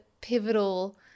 pivotal